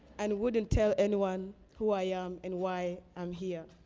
and wouldn't tell anyone who i am and why i'm here,